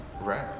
Right